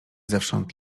zewsząd